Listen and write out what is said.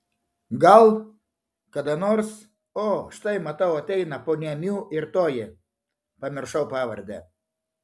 gal kada nors o štai matau ateina ponia miu ir toji pamiršau pavardę